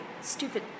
stupid